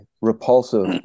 repulsive